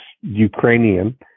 Ukrainian